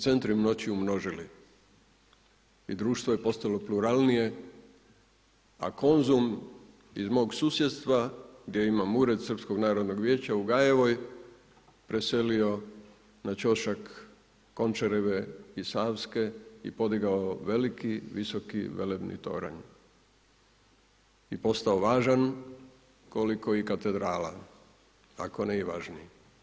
centri moći umnožili i društvo je postalo pluralnije, a Konzum iz mog susjedstva gdje imam ured Srpskog narodnog vijeća u Gajevoj preselio na ćošak Končareve i Savske i podigao veliki visoki velebni toranj i postao važan koliko i katedrala, ako ne i važniji.